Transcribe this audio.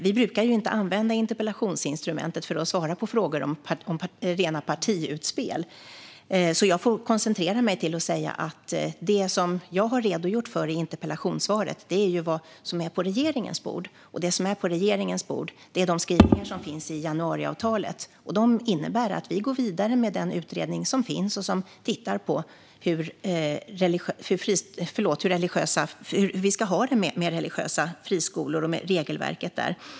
Vi brukar inte använda interpellationsinstrumentet för att svara på frågor om rena partiutspel, så jag får koncentrera mig till att säga att det som jag har redogjort för i interpellationssvaret är vad som är på regeringens bord. Det som är på regeringens bord är de skrivningar som finns i januariavtalet, och de innebär att vi går vidare med den utredning som finns och som tittar på hur vi ska ha det med religiösa friskolor och regelverket där.